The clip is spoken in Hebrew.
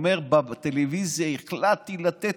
הוא אומר בטלוויזיה: החלטתי לתת,